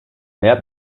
mehr